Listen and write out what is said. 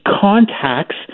contacts